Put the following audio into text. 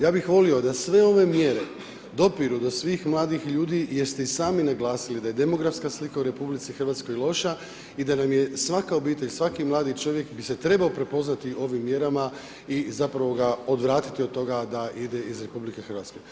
Ja bih volio da sve ove mjere dopiru do svih mladih ljudi jer ste i sami naglasili da je demografska slika u RH loša i da nam je svaka obitelj, svaki mladi čovjek bi se trebao prepoznati u ovim mjerama i zapravo ga odvratiti od toga da ide iz RH.